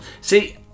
See